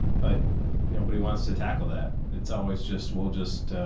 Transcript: but nobody wants to tackle that. it's always just, we'll just,